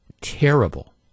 terrible